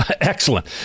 Excellent